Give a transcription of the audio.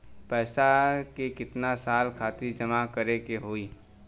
पैसा के कितना साल खातिर जमा करे के होइ?